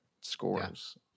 scores